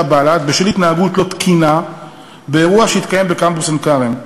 בל"ד בשל התנהלות לא תקינה באירוע שהתקיים בקמפוס עין-כרם.